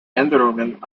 änderungen